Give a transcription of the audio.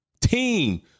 Team